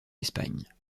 espagne